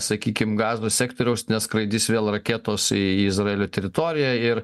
sakykim gazos sektoriaus neskraidys vėl raketos į izraelio teritoriją ir